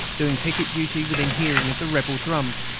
doing picket duty within hearing of the rebel drums,